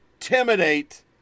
intimidate